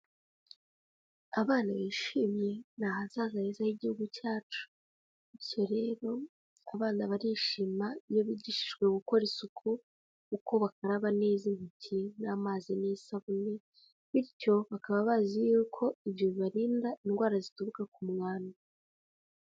Abana bishimye, ni ahazaza heza h'igihugu cyacu, bityo rero abana barishima iyo bigishijwe gukora isuku, uko bakaraba neza intoki amazi n'isabune, bityo bakaba bazi y'uko ibyo bibarinda indwara zituruka ku mwanda.